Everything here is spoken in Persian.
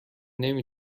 نمی